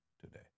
today